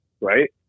Right